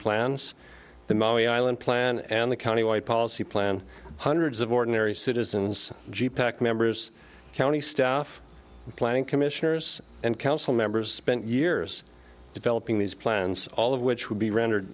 plans the money island plan and the county wide policy plan hundreds of ordinary citizens g pack members county staff planning commissioners and council members spent years developing these plans all of which would be rendered